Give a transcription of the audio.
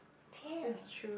damn